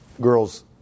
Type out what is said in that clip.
girls